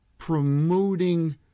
promoting